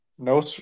No